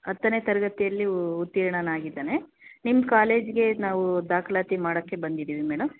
ಹತ್ತನೇ ತರಗತಿಯಲ್ಲಿ ಉತ್ತೀರ್ಣನಾಗಿದ್ದಾನೆ ನಿಮ್ಮ ಕಾಲೇಜಿಗೆ ನಾವು ದಾಖಲಾತಿ ಮಾಡೋಕ್ಕೆ ಬಂದಿದ್ದೀವಿ ಮೇಡಮ್